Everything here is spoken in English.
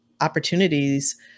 opportunities